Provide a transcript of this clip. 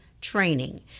training